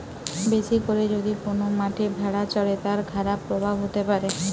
বেশি করে যদি কোন মাঠে ভেড়া চরে, তার খারাপ প্রভাব হতে পারে